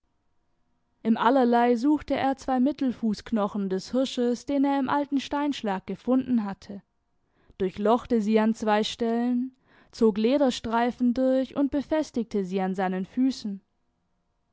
im allerlei suchte er zwei mittelfußknochen des hirsches den er im alten steinschlag gefunden hatte durchlochte sie an zwei stellen zog lederstreifen durch und befestigte sie an seinen füßen